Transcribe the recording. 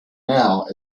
now